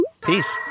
Peace